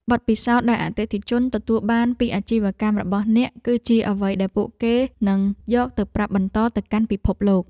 បទពិសោធន៍ដែលអតិថិជនទទួលបានពីអាជីវកម្មរបស់អ្នក គឺជាអ្វីដែលពួកគេនឹងយកទៅប្រាប់បន្តទៅកាន់ពិភពលោក។